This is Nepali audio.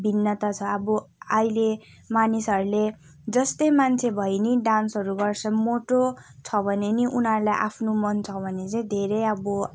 भिन्नता छ अब अहिले मानिसहरूले जस्तै मान्छे भए पनि डान्सहरू गर्छन् मोटो छ भने पनि उनीहरूलाई आफ्नो मन छ भने चाहिँ धेरै अब